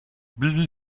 billy